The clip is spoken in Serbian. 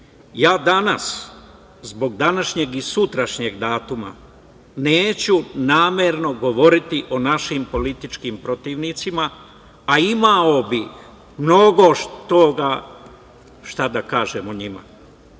ja danas, zbog današnjeg i sutrašnjeg datuma, neću namerno govoriti o našim političkim protivnicima, a imao bi mnogo toga šta da kažem o njima. Na